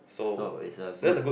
so it's a good